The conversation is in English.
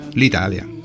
l'Italia